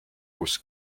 kus